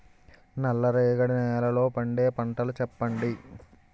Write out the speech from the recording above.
నల్ల రేగడి నెలలో పండే పంటలు చెప్పండి?